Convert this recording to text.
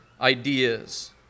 ideas